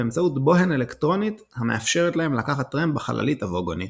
באמצעות בוהן אלקטרונית המאפשרת להם לקחת טרמפ בחללית הווגונית.